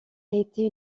été